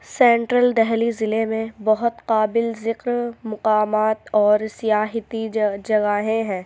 central Delhi ضلع میں بہت قابلِ ذکر مقامات اور سیّاحتی جگہیں ہیں